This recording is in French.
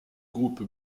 groupe